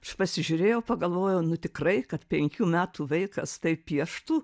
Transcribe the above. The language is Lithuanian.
aš pasižiūrėjau pagalvojau nu tikrai kad penkių metų vaikas taip pieštų